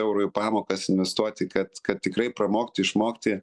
eurų į pamokas investuoti kad kad tikrai pramokti išmokti